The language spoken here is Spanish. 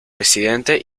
presidente